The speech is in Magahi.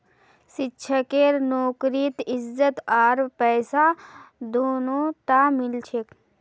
शिक्षकेर नौकरीत इज्जत आर पैसा दोनोटा मिल छेक